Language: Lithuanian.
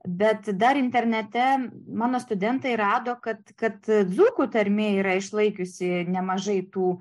bet dar internete mano studentai rado kad kad dzūkų tarmė yra išlaikiusi nemažai tų